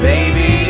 Baby